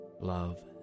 love